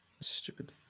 Stupid